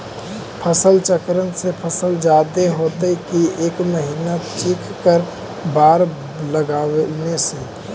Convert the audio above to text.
फसल चक्रन से फसल जादे होतै कि एक महिना चिज़ हर बार लगाने से?